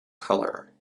colour